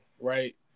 right